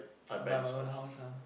I buy my own house ah